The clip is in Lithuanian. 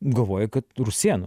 galvoji kad rusėnų